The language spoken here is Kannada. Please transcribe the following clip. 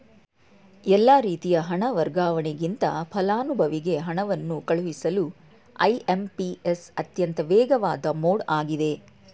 ಎಲ್ಲಾ ರೀತಿ ಹಣ ವರ್ಗಾವಣೆಗಿಂತ ಫಲಾನುಭವಿಗೆ ಹಣವನ್ನು ಕಳುಹಿಸಲು ಐ.ಎಂ.ಪಿ.ಎಸ್ ಅತ್ಯಂತ ವೇಗವಾದ ಮೋಡ್ ಆಗಿದೆ